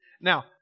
Now